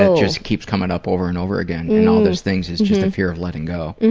ah just keeps coming up over and over again in all these things, is just a fear of letting go.